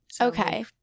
Okay